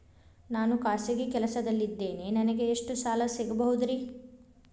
ನಾನು ಖಾಸಗಿ ಕೆಲಸದಲ್ಲಿದ್ದೇನೆ ನನಗೆ ಎಷ್ಟು ಸಾಲ ಸಿಗಬಹುದ್ರಿ?